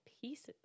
pieces